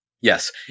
yes